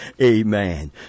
Amen